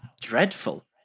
Dreadful